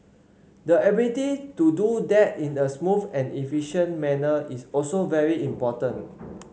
the ability to do that in a smooth and efficient manner is also very important